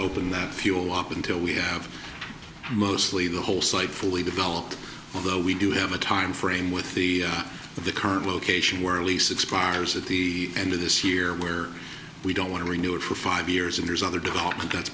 open that fuel up until we have mostly the whole site fully developed although we do have a time frame with the the current location where a lease expires at the end of this year where we don't want to renew it for five years and there's other development that's